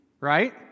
right